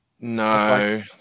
No